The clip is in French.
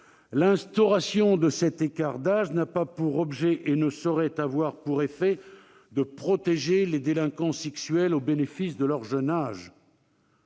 l'instauration de cet écart d'âge n'a pas pour objet et ne saurait avoir pour effet de protéger des délinquants sexuels au bénéfice de leur jeune âge.